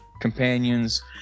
companions